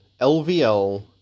LVL